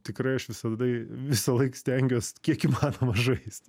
tikrai aš visadai visalaik stengiuos kiek įmanoma žaist